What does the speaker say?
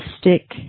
stick